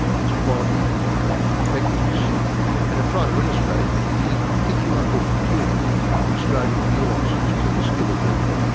its quality and effectiveness and to try to illustrate any particular or peculiar australian nuances to the skill of leading.